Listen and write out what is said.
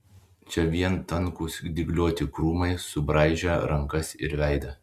čia vien tankūs dygliuoti krūmai subraižę rankas ir veidą